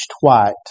white